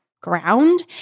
ground